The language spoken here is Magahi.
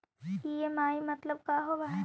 ई.एम.आई मतलब का होब हइ?